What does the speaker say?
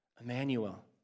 Emmanuel